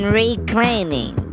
reclaiming